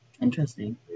Interesting